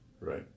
right